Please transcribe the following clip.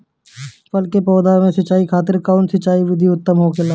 फल के पौधो के सिंचाई खातिर कउन सिंचाई विधि उत्तम होखेला?